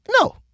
no